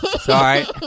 Sorry